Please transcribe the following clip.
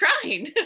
crying